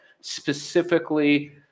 specifically